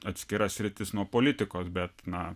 atskira sritis nuo politikos bet na